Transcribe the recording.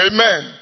Amen